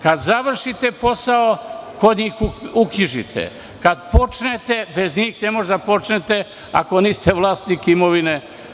Kada završite posao, kod njih uknjižite, kada počnete, bez njih ne možete da počnete ako niste vlasnik imovine.